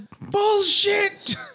Bullshit